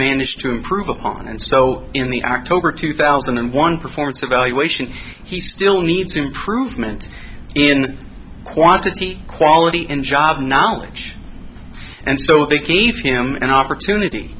managed to improve upon and so in the october two thousand and one performance evaluation he still needs improvement in quantity quality in job knowledge and so they gave him an opportunity